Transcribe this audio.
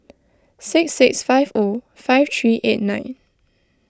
six six five O five three eight nine